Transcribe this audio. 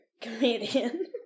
comedian